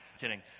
kidding